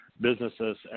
businesses